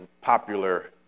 popular